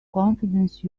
confidence